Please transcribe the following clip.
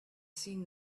seen